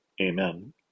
Amen